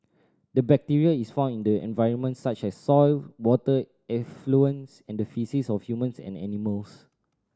the bacteria is found in the environment such as soil water effluents and the faeces of humans and animals